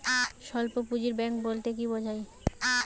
স্বল্প পুঁজির ব্যাঙ্ক বলতে কি বোঝায়?